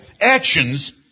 Actions